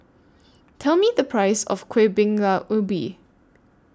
Tell Me The Price of Kueh Bingka Ubi